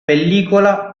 pellicola